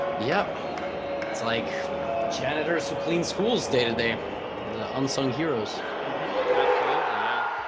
yeah it's like janitors who clean schools day to day the unsung heroes absolutely yeah